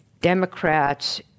Democrats